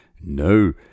No